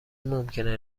ممکنه